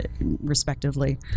respectively